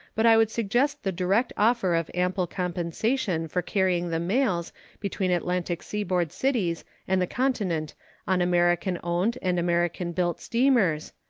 but i would suggest the direct offer of ample compensation for carrying the mails between atlantic seaboard cities and the continent on american-owned and american-built steamers,